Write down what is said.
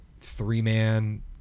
three-man